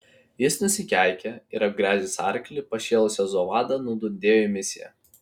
jis nusikeikė ir apgręžęs arklį pašėlusia zovada nudundėjo į misiją